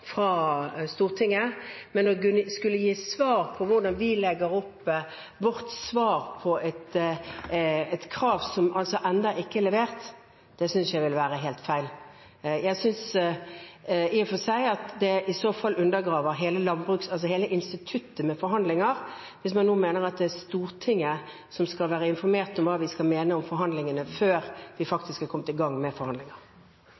Stortinget. Men å skulle gi et svar på hvordan vi legger opp vårt svar på et krav som altså ennå ikke er levert, synes jeg ville være helt feil. Jeg synes i og for seg at det ville undergrave hele instituttet med forhandlinger hvis Stortinget skulle være informert om hva vi mener om forhandlingene, før vi